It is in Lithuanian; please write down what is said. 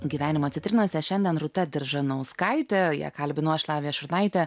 gyvenimo citrinose šiandien rūta diržanauskaitė ją kalbinu aš lavija šurnaitė